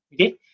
okay